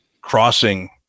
crossing